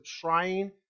trying